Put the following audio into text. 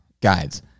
guides